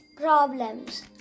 problems